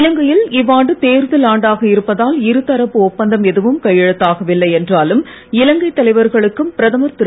இலங்கையில் இவ்வாண்டு தேர்தல் ஆண்டாக இருப்பதால் இருதரப்பு ஒப்பந்தம் எதுவும் கையெழுத்தாகவில்லை என்றாலும் இலங்கைத் தலைவர்களுக்கும் பிரதமர் திரு